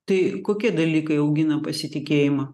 tai kokie dalykai augina pasitikėjimą